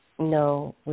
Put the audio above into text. No